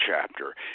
chapter